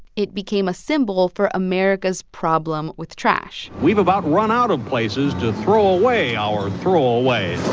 it became a symbol for america's problem with trash we've about run out of places to throw away our throw-away